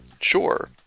Sure